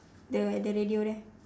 the at the radio there